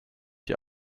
die